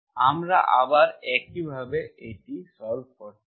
আমরা আবার একইভাবে এটি সল্ভ করতে পারি